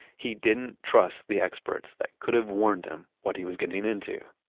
he didn't trust the experts that could have warned him what he was getting into.